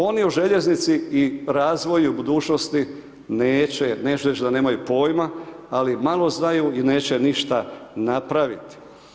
Oni o željeznici i razvoju budućnosti neće, neću reći da nemaju pojma, ali malo znaju i neće ništa napraviti.